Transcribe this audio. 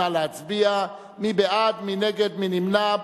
נא להצביע, מי בעד, מי נגד, מי נמנע.